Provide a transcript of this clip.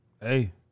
Hey